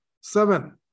seven